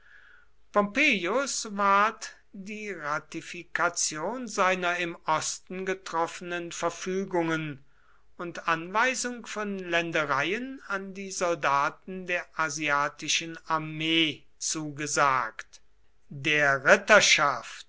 ward die ratifikation seiner im osten getroffenen verfügungen und anweisung von ländereien an die soldaten der asiatischen armee zugesagt der